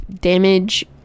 damage